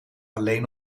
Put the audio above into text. alleen